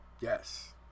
Yes